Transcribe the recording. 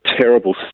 terrible